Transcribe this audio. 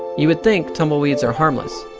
you would think tumbleweeds are harmless.